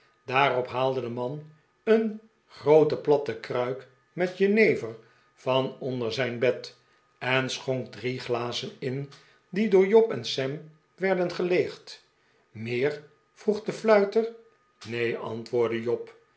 daarop haalde de man een groote platte kruik met jenever van onder zijn bed en schonk drie glazen in die door job en sam werden geleegd meer vroeg de fluiter neen antwoordde job